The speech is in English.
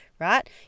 right